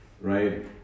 right